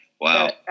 wow